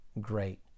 great